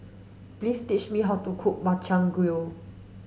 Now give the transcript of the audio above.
please teach me how to cook Makchang Gui